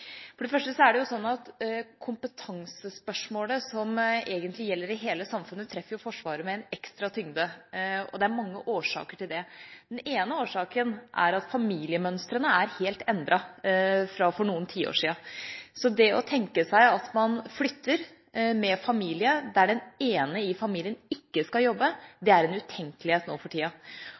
For det første er det sånn at kompetansespørsmålet, som egentlig gjelder i hele samfunnet, treffer Forsvaret med ekstra tyngde, og det er mange årsaker til det. Den ene årsaken er at familiemønstrene er helt endret fra for noen tiår siden. Det å flytte med familien der den ene i familien ikke skal jobbe, er en utenkelighet nå for tida.